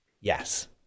yes